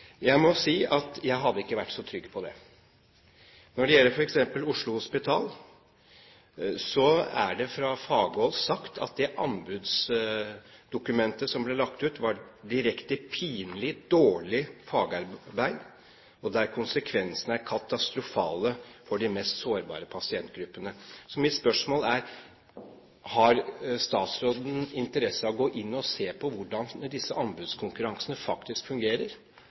Jeg må si at jeg hadde ikke vært så trygg på det. Når det gjelder f.eks. Oslo Hospital, er det fra faglig hold sagt at det anbudsdokumentet som ble lagt ut, var direkte pinlig, dårlig fagarbeid, der konsekvensene er katastrofale for de mest sårbare pasientgruppene. Mitt spørsmål er: Har statsråden interesse av å gå inn og se på hvordan disse anbudskonkurransene faktisk fungerer?